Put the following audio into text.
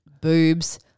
boobs